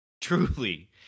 Truly